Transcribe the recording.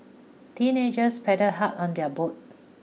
teenagers paddled hard on their boat